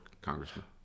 Congressman